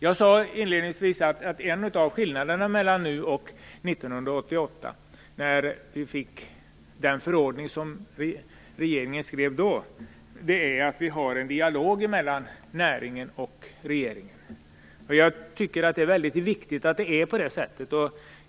Jag sade inledningsvis att en av skillnaderna mellan nu och 1988, när vi fick den förordning som regeringen skrev då, är att vi har en dialog mellan näringen och regeringen. Jag tycker att det är väldigt viktigt att det är på det sättet.